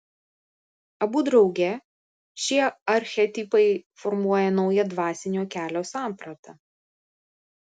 abu drauge šie archetipai formuoja naują dvasinio kelio sampratą